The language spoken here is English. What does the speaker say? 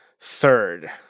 third